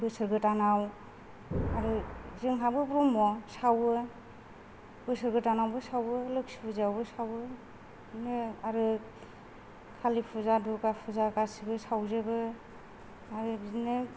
बोसोर गोदानाव आरो जोंहाबो ब्रह्म सावो बोसोर गोदानावबो सावो लोखि फुजायावबो सावो बिदिनो आरो कालि फुजा दुर्गा फुजा गासिबो सावजोबो आरो बिदिनो